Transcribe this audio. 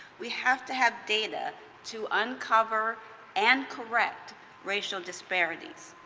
we have to have data to uncover and correct racial disparities.